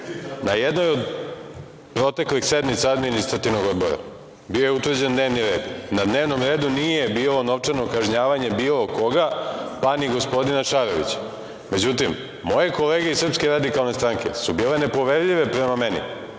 Na jednoj od proteklih sednica Administrativnog odbora bio je utvrđen dnevni red. Na dnevnom redu nije bilo novčano kažnjavanje bilo koga, pa ni gospodina Šarovića.Međutim, moje kolege iz SRS su bile nepoverljive prema meni,